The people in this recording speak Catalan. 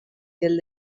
del